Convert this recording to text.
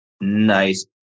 nice